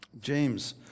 James